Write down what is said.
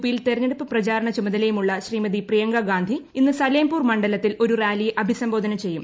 P യിൽ തെരഞ്ഞെടുപ്പ് പ്രചാരണ ചുമതലയുമുള്ള ശ്രീമതി പ്രിയങ്കാഗാന്ധി ഇന്ന് സലേംപൂർ മണ്ഡലത്തിൽ ഒരു റാലിയെ അഭിസംബോധന ചെയ്യും